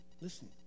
Listen